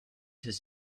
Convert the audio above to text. his